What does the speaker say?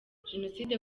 jenoside